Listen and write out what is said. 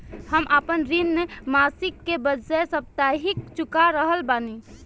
हम आपन ऋण मासिक के बजाय साप्ताहिक चुका रहल बानी